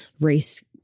race